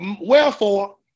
Wherefore